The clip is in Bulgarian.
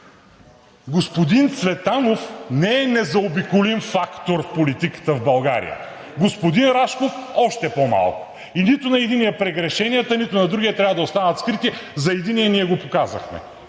господин Цветанов не е незаобиколим фактор в политиката в България. Господин Рашков – още по-малко! И нито на единия прегрешенията, нито на другия трябва да останат скрити. За единия ние го показахме